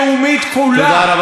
תודה רבה, חבר הכנסת דב חנין.